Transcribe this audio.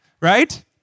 right